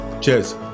Cheers